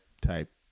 type